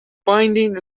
binding